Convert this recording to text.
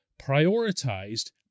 prioritized